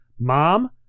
Mom